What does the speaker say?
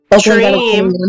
Dream